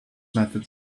method